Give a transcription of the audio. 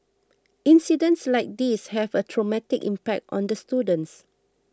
incidents like these have a traumatic impact on the students